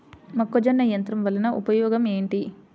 మొక్కజొన్న యంత్రం వలన ఉపయోగము ఏంటి?